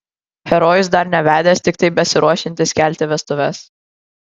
herojus dar nevedęs tiktai besiruošiantis kelti vestuves